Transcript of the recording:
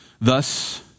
thus